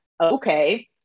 okay